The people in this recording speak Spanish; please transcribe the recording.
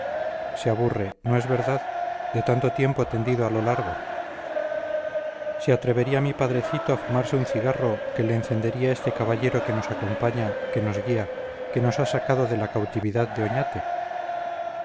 se aburre no es verdad de tanto tiempo tendido a lo largo se atrevería mi padrecito a fumarse un cigarro que le encendería este caballero que nos acompaña que nos guía que nos ha sacado de la cautividad de oñate